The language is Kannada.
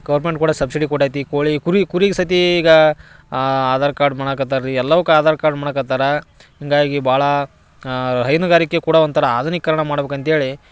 ಗೌರ್ಮೆಂಟ್ ಕೂಡ ಸಬ್ಸಿಡಿ ಕೊಟ್ಟೈತಿ ಈ ಕೋಳಿ ಕುರಿ ಕುರಿಗೆ ಸತೀ ಈಗ ಆಧಾರ್ ಕಾರ್ಡ್ ಮಾಡಾಕ್ಕತ್ತಾರ ರೀ ಎಲ್ಲವ್ಕೆ ಆಧಾರ್ ಕಾರ್ಡ್ ಮಾಡಾಕ್ಕತ್ತಾರ ಹೀಗಾಗಿ ಭಾಳ ಹೈನುಗಾರಿಕೆ ಕೂಡ ಒಂಥರ ಆಧುನೀಕರಣ ಮಾಡ್ಬೇಕು ಅಂಥೇಳಿ